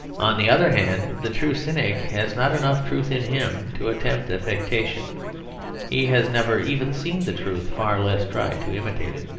on the other hand, the true cynic has not enough truth in him to attempt affectation he has never even seen the truth, far less tried to imitate it.